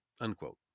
Unquote